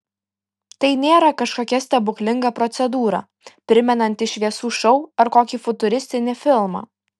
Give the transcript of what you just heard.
tai nėra kažkokia stebuklinga procedūra primenanti šviesų šou ar kokį futuristinį filmą